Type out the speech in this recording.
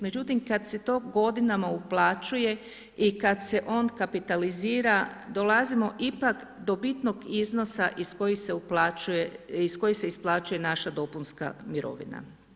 Međutim, kad se to godinama uplaćuje i kad se on kapitalizira, dolazimo ipak do bitnog iznosa iz kojih se isplaćuje naša dopunska mirovina.